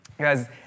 Guys